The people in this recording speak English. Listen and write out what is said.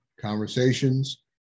conversations